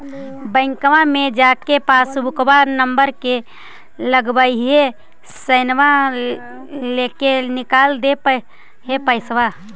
बैंकवा मे जा के पासबुकवा नम्बर मे लगवहिऐ सैनवा लेके निकाल दे है पैसवा?